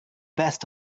best